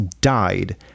died